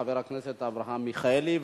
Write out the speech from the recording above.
חבר הכנסת אברהם מיכאלי,